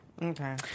Okay